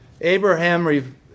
Abraham